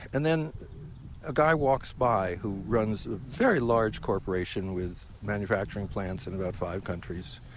and then a guy walks by who runs a very large corporation with manufacturing plants in about five countries.